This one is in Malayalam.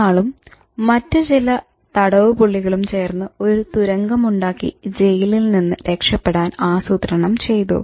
ഇയാളും മറ്റു ചില തടവുപുള്ളികളും ചേർന്ന് ഒരു തുരങ്കമുണ്ടാക്കി ജയിലിൽ നിന്ന് രക്ഷപെടാൻ ആസൂത്രണം ചെയ്തു